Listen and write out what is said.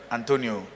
Antonio